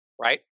right